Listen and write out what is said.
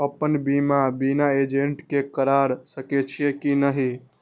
अपन बीमा बिना एजेंट के करार सकेछी कि नहिं?